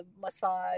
massage